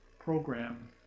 program